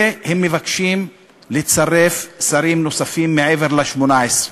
זה, הם מבקשים לצרף שרים נוספים, מעבר ל-18.